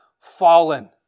fallen